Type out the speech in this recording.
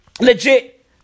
Legit